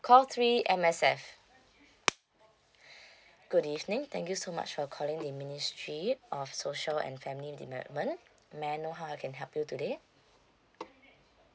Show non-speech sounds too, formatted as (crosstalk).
call three M_S_F (noise) (breath) good evening thank you so much for calling the ministry of social and family development may I know how I can help you today okay